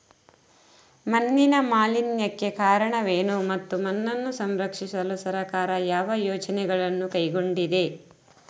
ಮಣ್ಣಿನ ಮಾಲಿನ್ಯಕ್ಕೆ ಕಾರಣವೇನು ಮತ್ತು ಮಣ್ಣನ್ನು ಸಂರಕ್ಷಿಸಲು ಸರ್ಕಾರ ಯಾವ ಯೋಜನೆಗಳನ್ನು ಕೈಗೊಂಡಿದೆ?